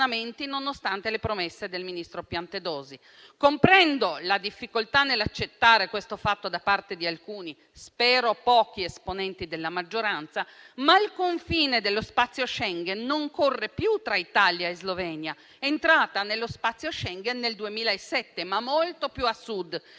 nonostante le promesse del ministro Piantedosi. Comprendo la difficoltà nell'accettare questo fatto da parte di alcuni, spero pochi esponenti della maggioranza, ma il confine dello spazio Schengen non corre più tra Italia e Slovenia, entrata nello spazio Schengen nel 2007, ma molto più a sud,